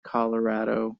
colorado